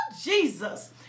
Jesus